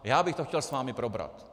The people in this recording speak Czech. Já bych to chtěl s vámi probrat.